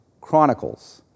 Chronicles